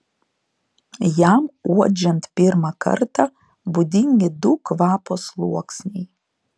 jam uodžiant pirmą kartą būdingi du kvapo sluoksniai